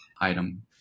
item